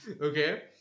okay